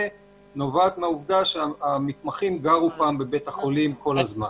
באנגלית נובעת מכך שהמתמחים גרו פעם בבתי החולים כל הזמן.